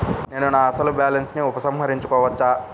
నేను నా అసలు బాలన్స్ ని ఉపసంహరించుకోవచ్చా?